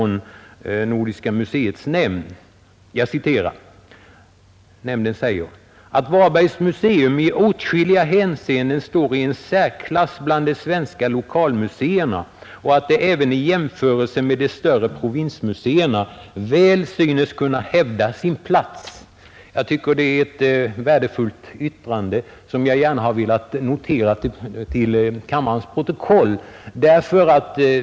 Nämnden skrev bl.a. att ”Varbergs museum i åtskilliga hänseenden står i en särklass bland de svenska lokalmuseerna och att det även i jämförelse med de större provinsmuseerna väl synes kunna hävda sin plats”. Jag tycker att det är ett värdefullt yttrande, som jag här har velat läsa in i kammarens protokoll.